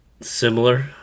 similar